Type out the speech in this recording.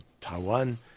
Taiwan